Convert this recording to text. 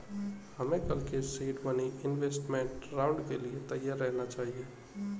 हमें कल के सीड मनी इन्वेस्टमेंट राउंड के लिए तैयार रहना चाहिए